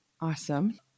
Awesome